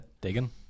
digging